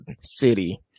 city